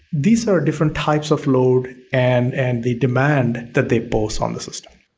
these are different types of load and and the demand that they post on the system